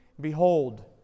Behold